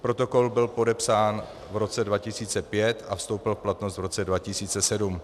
Protokol byl podepsán v roce 2005 a vstoupil v platnost v roce 2007.